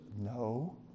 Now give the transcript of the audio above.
No